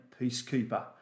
Peacekeeper